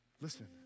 Listen